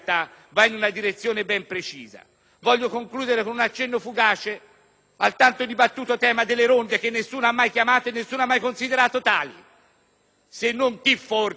al tanto dibattuto tema delle ronde che nessuno ha mai chiamato e considerato tali, se non chi forse preferisce la cultura dell'omertà alla cultura dell'impegno.